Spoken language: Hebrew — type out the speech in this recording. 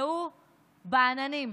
והוא בעננים.